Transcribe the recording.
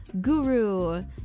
Guru